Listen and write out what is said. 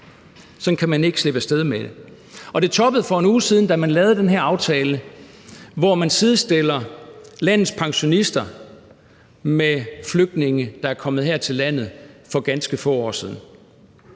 Sådan kan man ikke slippe af sted med det. Og det toppede for en uge siden, da man lavede den her aftale, hvor man sidestiller landets pensionister med flygtninge, der er kommet her til landet for ganske få år siden.